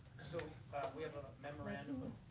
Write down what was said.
so we have a memorandum.